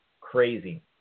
Crazy